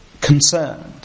concerned